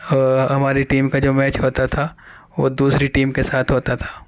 ہماری ٹیم کا جو میچ ہوتا تھا وہ دوسری ٹیم کے ساتھ ہوتا تھا